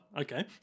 Okay